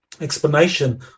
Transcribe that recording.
explanation